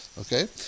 Okay